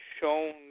shown